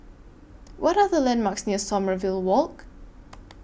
What Are The landmarks near Sommerville Walk